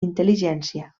intel·ligència